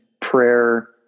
prayer